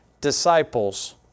disciples